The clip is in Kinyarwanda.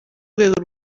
rwego